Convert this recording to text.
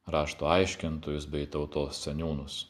rašto aiškintojus bei tautos seniūnus